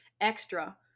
extra